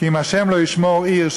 כי "אם ה' לא ישמר עיר,